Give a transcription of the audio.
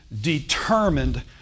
determined